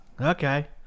okay